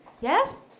Yes